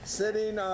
sitting